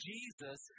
Jesus